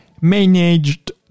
managed